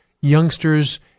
youngsters